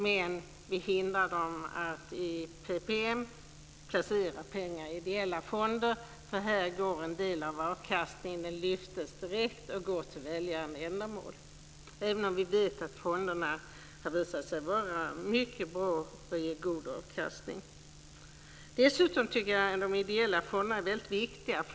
Men vi hindrar dem att i PPM placera pengar i ideella fonder. Här lyfts en del av avkastningen och går direkt till välgörande ändamål - även om vi vet att fonderna ger mycket god avkastning. De ideella fonderna är viktiga.